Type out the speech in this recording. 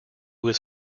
was